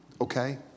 Okay